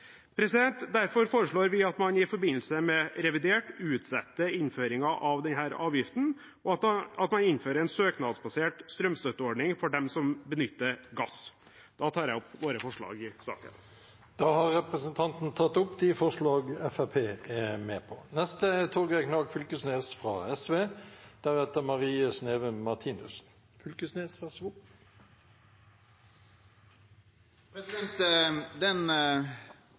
Derfor foreslår vi at man i forbindelse med revidert utsetter innføringen av denne avgiften, og at man innfører en søknadsbasert strømstøtteordning for dem som benytter gass. Jeg tar opp våre forslag i saken. Da har representanten Sivert Bjørnstad tatt opp de forslagene han refererte til. Den situasjonen norsk jordbruk står i no, er